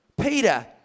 Peter